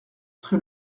près